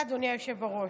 תודה, אדוני היושב בראש.